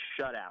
shutout